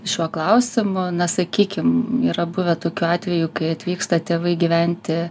šiuo klausimu na sakykim yra buvę tokių atvejų kai atvyksta tėvai gyventi